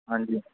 ਹਾਂਜੀ